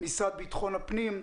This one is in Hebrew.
המשרד לביטחון פנים,